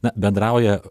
na bendrauja